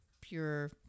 pure